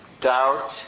doubt